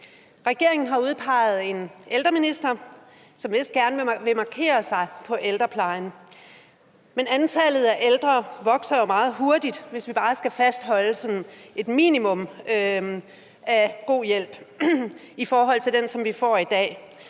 Regeringen har udpeget en ældreminister, som vist gerne vil markere sig på området for ældrepleje. Men antallet af ældre, der skal have pleje, vokser meget hurtigt, hvis vi bare skal fastholde et minimum af hjælp i forhold til den, de får i dag.